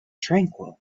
tranquil